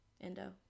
endo